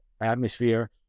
atmosphere